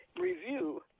review